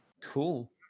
Cool